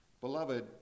Beloved